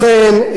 לכן,